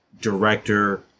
director